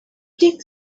think